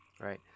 Right